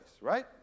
right